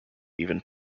even